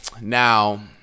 now